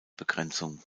begrenzung